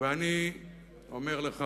ואני אומר לך